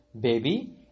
baby